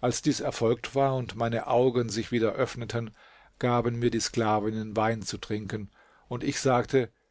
als dies erfolgt war und meine augen sich wieder öffneten gaben mir die sklavinnen wein zu trinken und ich sagte